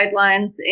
guidelines